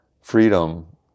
Freedom